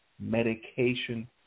medication